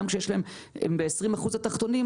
כשהם ב-20% התחתונים,